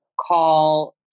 call